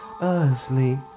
asleep